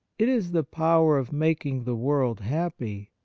it is the power of making the world happy,